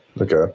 okay